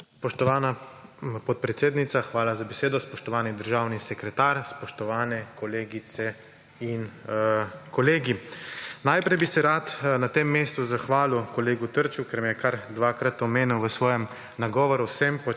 Spoštovana podpredsednica, hvala za besedo. Spoštovani državni sekretar, spoštovane kolegice in kolegi! Najprej bi se rad na tem mestu zahvalil kolegu Trčku, ker me je kar dvakrat omenil v svojem nagovoru. Sem počaščen